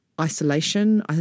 isolation